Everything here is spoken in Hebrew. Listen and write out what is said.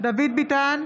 דוד ביטן,